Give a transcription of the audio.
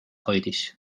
hoidis